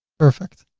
perfect!